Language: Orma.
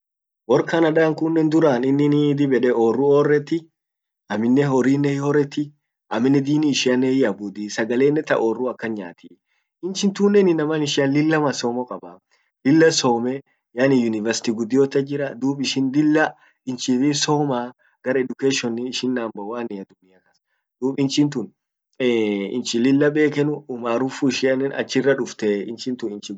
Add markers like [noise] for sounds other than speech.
wor Canada kun duran inin [hesitation] orru orreti, aminnen horrinen hioreti,, amminen dini ishianen hiabuddi ,sagalenen ta orrua akan nyaati. Inchin tunnen inama ishian lilla masoma kaba, lill some,, yaani University guddio ach jiraa, dub ishin lilla inchi [unintelligible] soma, gar ducation ishin number wannia ,dub inchin tun < hesiataion > inchi lilla bekenuu, umaarufu ishanen achira duftee, inchin tun guddio hamtua gar soma.